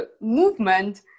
movement